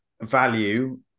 value